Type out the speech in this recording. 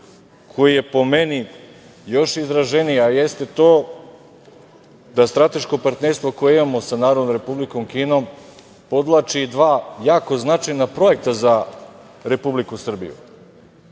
koji je, po meni, još izraženiji, a jeste to da strateško partnerstvo koje imamo sa Narodnom Republikom Kinom, podvlači i dva jako značajna projekta za Republiku Srbiju.